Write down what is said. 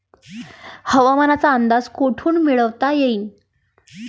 हवामानाचा अंदाज कोठून मिळवता येईन?